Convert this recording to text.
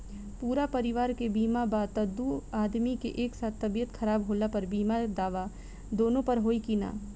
पूरा परिवार के बीमा बा त दु आदमी के एक साथ तबीयत खराब होला पर बीमा दावा दोनों पर होई की न?